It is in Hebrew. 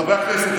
חברי הכנסת,